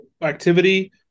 Activity